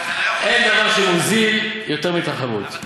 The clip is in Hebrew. אין דבר שמוזיל יותר מתחרות.